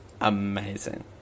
amazing